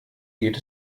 geht